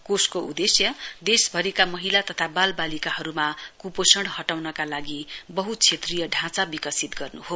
कोषको उदेश्य देशभरिका महिला तथा बालबालिकाहरूमा क्पोषण हटाउनका लागि बह्क्षेत्रीय ढाँचा विकसित गर्नु हो